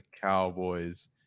Cowboys